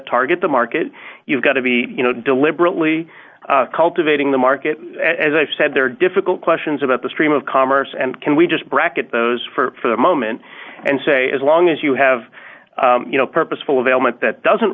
target the market you've got to be you know deliberately cultivating the market as i've said there are difficult questions about the stream of commerce and can we just bracket those for the moment and say as long as you have you know purposeful of ailment that doesn't